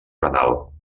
renal